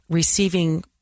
Receiving